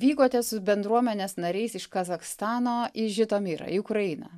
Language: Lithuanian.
vykote su bendruomenės nariais iš kazachstano į žitomirą į ukrainą